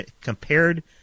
compared